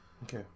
Okay